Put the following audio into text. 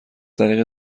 طریق